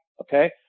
Okay